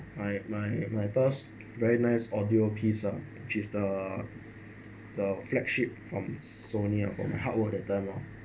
my my my first very nice audio piece ah she is a the the flagship from Sony ah for my hard work that time lor